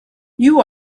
you